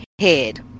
head